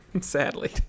Sadly